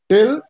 Till